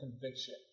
conviction